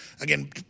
Again